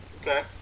Okay